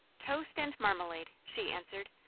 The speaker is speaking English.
toast and marmalade, she answered.